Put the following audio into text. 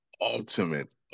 ultimate